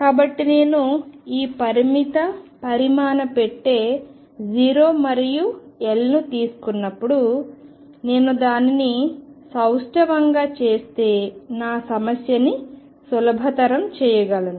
కాబట్టి నేను ఈ పరిమిత పరిమాణ పెట్టె 0 మరియు Lను తీసుకున్నప్పుడు నేను దానిని సౌష్టవంగా చేస్తే నా సమస్యని సులభతరం చేయగలను